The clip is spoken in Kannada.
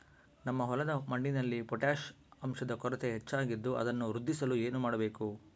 ನಮ್ಮ ಹೊಲದ ಮಣ್ಣಿನಲ್ಲಿ ಪೊಟ್ಯಾಷ್ ಅಂಶದ ಕೊರತೆ ಹೆಚ್ಚಾಗಿದ್ದು ಅದನ್ನು ವೃದ್ಧಿಸಲು ಏನು ಮಾಡಬೇಕು?